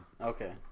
Okay